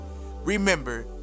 Remember